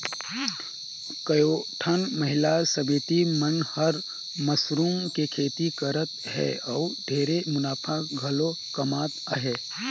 कयोठन महिला समिति मन हर मसरूम के खेती करत हें अउ ढेरे मुनाफा घलो कमात अहे